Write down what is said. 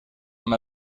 amb